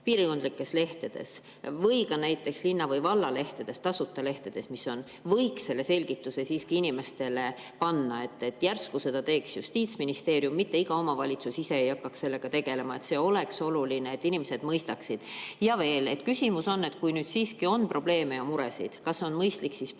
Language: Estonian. piirkondlikes lehtedes või ka näiteks linna‑ või vallalehtedes, tasuta lehtedes, mis on, võiks selle selgituse inimestele [avaldada]. Järsku teeks seda Justiitsministeerium, et mitte iga omavalitsus ise ei hakkaks sellega tegelema. See oleks oluline, et inimesed mõistaksid. Veel, küsimus on, et kui siiski on probleeme ja muresid, kas on siis mõistlik